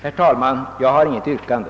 Herr talman! Jag har inget yrkande.